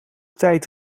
tijd